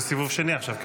זה סיבוב שני עכשיו?